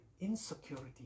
insecurity